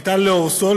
ניתן להורסו,